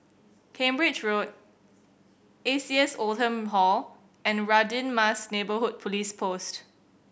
Cambridge Road A C S Oldham Hall and Radin Mas Neighbourhood Police Post